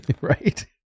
Right